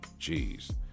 jeez